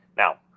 Now